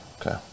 Okay